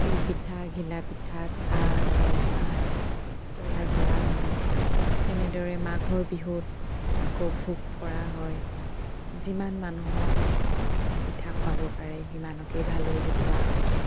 তিলপিঠা ঘিলাপিঠা চাহ জলপান তৈয়াৰ কৰা হয় সেনেদৰে মাঘৰ বিহুত আকৌ ভোগ কৰা হয় যিমান মানুহক পিঠা খুৱাব পাৰে সিমানকৈয়ে ভাল বুলি কোৱা হয়